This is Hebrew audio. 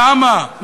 כמה?